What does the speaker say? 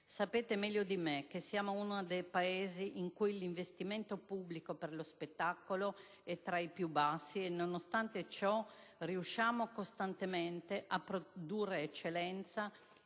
Sapete meglio di me che siamo uno dei Paesi in cui l'investimento pubblico per lo spettacolo è tra i più bassi e, nonostante ciò, riusciamo costantemente a produrre eccellenza